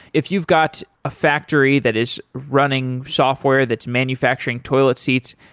if you've got a factory that is running software that's manufacturing toilet seats,